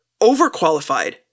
overqualified